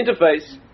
interface